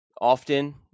often